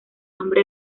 nombre